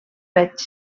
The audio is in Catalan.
reig